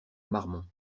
marmont